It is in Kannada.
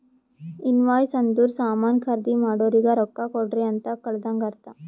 ಇನ್ವಾಯ್ಸ್ ಅಂದುರ್ ಸಾಮಾನ್ ಖರ್ದಿ ಮಾಡೋರಿಗ ರೊಕ್ಕಾ ಕೊಡ್ರಿ ಅಂತ್ ಕಳದಂಗ ಅರ್ಥ